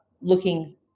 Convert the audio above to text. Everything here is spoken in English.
looking